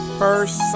first